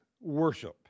worship